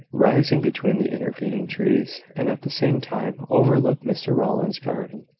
rising between the intervening trees, and at the same time overlook mr rowland's garden.